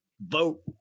vote